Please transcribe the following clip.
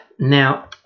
now